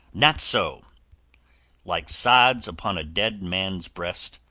not so like sods upon a dead man's breast,